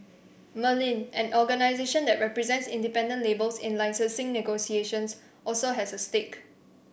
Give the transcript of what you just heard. Merlin an organisation that represents independent labels in licensing negotiations also has a stake